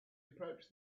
approached